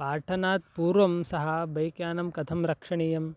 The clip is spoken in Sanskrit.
पाठनात् पूर्वं सः बैक्यानं कथं रक्षणीयं